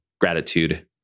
gratitude